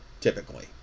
typically